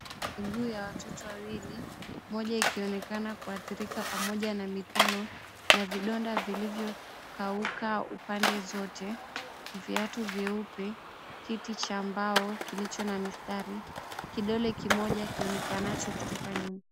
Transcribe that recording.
Miguu ya watoto wawili, moja ikionekana kuathirika pamoja na mikono na vidonda vilivyokauka upande zote. Viatu vyeupe kiti cha mbao kilicho na mistari, kidole kimoja kionekanacho kutoka nyuma.